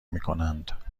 میکنند